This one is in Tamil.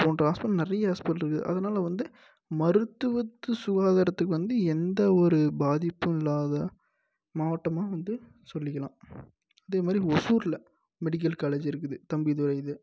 போன்ற ஹாஸ்பெட்டல் நிறைய ஹாஸ்பெட்டல் இருக்குது அதனால வந்து மருத்துவத்து சுகாதாரத்துக்கு வந்து எந்தவொரு பாதிப்பும் இல்லாத மாவட்டமாக வந்து சொல்லிக்கலாம் அதே மாதிரி ஒசூரில் மெடிக்கல் காலேஜ் இருக்குது தம்பிதுரை இது